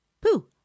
Pooh